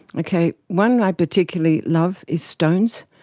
okay. one i particularly love is stones.